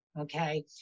Okay